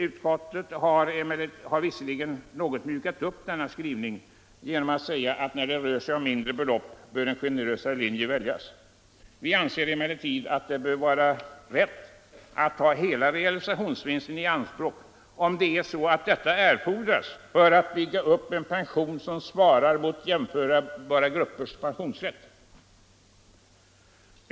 Utskottet har visserligen något mjukat upp denna skrivning genom att säga att när det rör sig om mindre belopp bör en generösare linje väljas. Vi anser emellertid att det bör vara rätt att ta hela realisationsvinsten i anspråk, om detta erfordras för att bygga upp en pension som svarar mot jämförbara gruppers pensionsrätt.